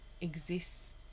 exists